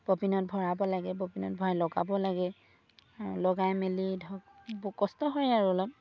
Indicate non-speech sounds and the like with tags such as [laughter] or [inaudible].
ববিনত ভৰাব লাগে ববিনত ভৰাই লগাব লাগে আৰু লগাই মেলি ধৰক [unintelligible] কষ্ট হয় আৰু অলপ